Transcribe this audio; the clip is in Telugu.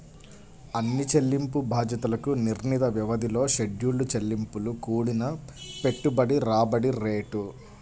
అన్ని చెల్లింపు బాధ్యతలకు నిర్ణీత వ్యవధిలో షెడ్యూల్ చెల్లింపు కూడిన పెట్టుబడి రాబడి రేటు